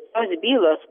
tos bylos